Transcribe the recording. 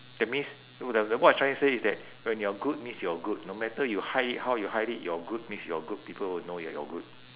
that means oh the the what I'm trying to say is that when you are good means you are good no matter you hide it how you hide it you're good means you're good people will know that you're good